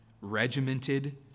regimented